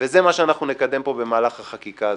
וזה מה שאנחנו נקדם פה במהלך החקיקה הזה,